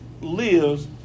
lives